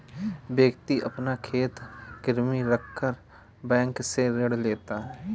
व्यक्ति अपना खेत गिरवी रखकर बैंक से ऋण लेता है